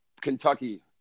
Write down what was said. Kentucky